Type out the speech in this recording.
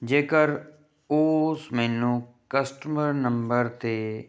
ਜੇਕਰ ਉਸ ਮੈਨੂੰ ਕਸਟਮਰ ਨੰਬਰ 'ਤੇ